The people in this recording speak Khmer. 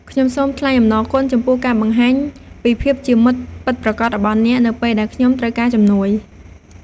ខ្ញុំសូមថ្លែងអំណរគុណចំពោះការបង្ហាញពីភាពជាមិត្តពិតប្រាកដរបស់អ្នក នៅពេលដែលខ្ញុំត្រូវការជំនួយ។